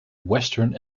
western